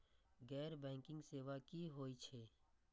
गैर बैंकिंग सेवा की होय छेय?